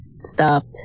stopped